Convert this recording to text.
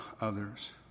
others